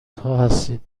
هستین